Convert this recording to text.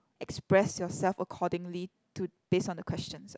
express yourself accordingly to based on the questions